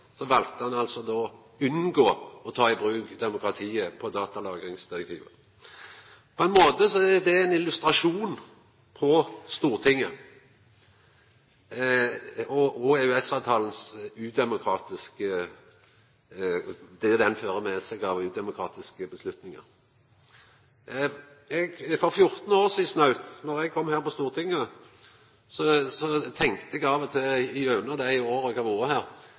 unngå å ta i bruk demokratiet når det galdt datalagringsdirektivet. På ein måte er det ein illustrasjon på Stortinget og det EØS-avtalen fører med seg av udemokratiske avgjerder. Eg har tenkt gjennom dei snautt 14 åra sidan eg kom inn på Stortinget, at Arne Scheie av og til burde vore her og kommentert. For når det har